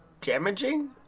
damaging